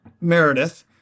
Meredith